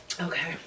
Okay